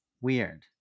Weird